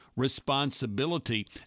responsibility